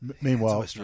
meanwhile